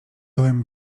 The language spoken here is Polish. byłem